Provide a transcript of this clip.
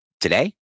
today